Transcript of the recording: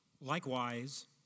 Likewise